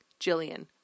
Jillian